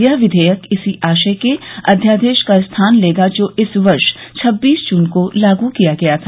यह विधेयक इसी आशय के अध्यादेश का स्थान लेगा जो इस वर्ष छब्बीस जून को लागू किया गया था